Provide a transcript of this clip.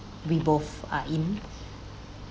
we both are in